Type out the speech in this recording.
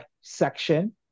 section